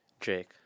jake